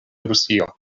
rusio